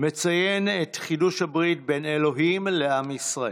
מציין את חידוש הברית בין אלוהים לעם ישראל.